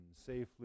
safely